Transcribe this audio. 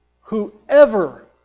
whoever